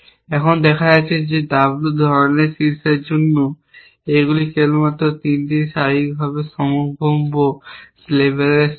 এখন দেখা যাচ্ছে যে এই W ধরণের শীর্ষের জন্য এইগুলি কেবলমাত্র 3টি শারীরিকভাবে সম্ভাব্য লেবেলের সেট